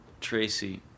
Tracy